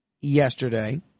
yesterday